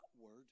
word